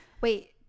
Wait